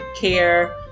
Care